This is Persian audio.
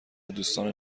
دوستان